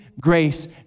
grace